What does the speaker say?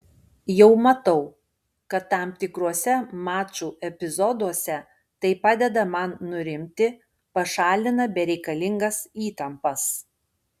jau matau kad tam tikruose mačų epizoduose tai padeda man nurimti pašalina bereikalingas įtampas